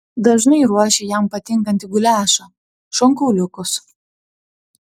dažnai ruošia jam patinkantį guliašą šonkauliukus